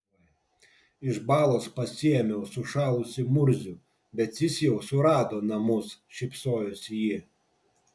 iš balos pasiėmiau sušalusį murzių bet jis jau surado namus šypsojosi ji